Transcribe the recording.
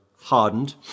hardened